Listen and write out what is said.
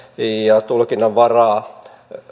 ja tulkinnanvaraa